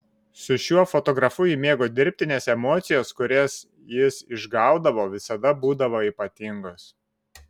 su šiuo fotografu ji mėgo dirbti nes emocijos kurias jis išgaudavo visada būdavo ypatingos